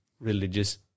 religious